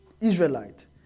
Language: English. Israelite